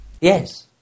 Yes